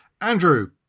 Andrew